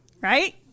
right